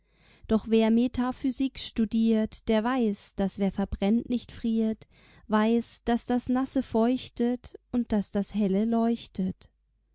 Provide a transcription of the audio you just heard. doch wer metaphysik studiert der weiß daß wer verbrennt nicht friert weiß daß das nasse feuchtet und daß das helle leuchtet